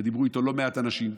ודיברו איתו לא מעט אנשים,